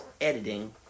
Editing